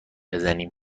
بزنیم